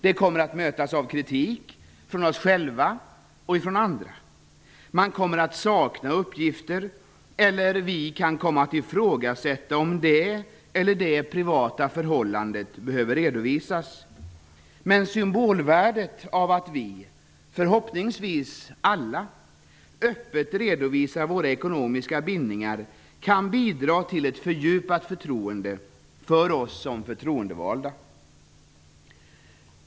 Det kommer att mötas av kritik från oss själva och från andra. Man kommer att sakna uppgifter och vi kan komma att ifrågasätta om det ena eller det andra privata förhållandet behöver redovisas. Men symbolvärdet av att vi, förhoppningsvis alla, öppet redovisar våra ekonomiska bindningar kan bidra till ett fördjupat förtroende för oss som förtroendevalda.